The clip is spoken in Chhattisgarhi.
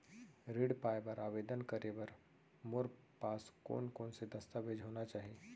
ऋण पाय बर आवेदन करे बर मोर पास कोन कोन से दस्तावेज होना चाही?